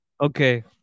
Okay